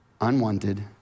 unwanted